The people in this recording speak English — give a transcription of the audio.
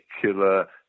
particular